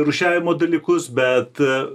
rūšiavimo dalykus bet